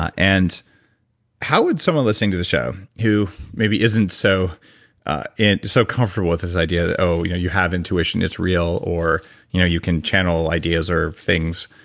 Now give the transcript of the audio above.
ah and how would someone listening to the show who maybe isn't so and so comfortable with this idea that oh, you know you have intuition it's real. or you know you can channel ideas or things,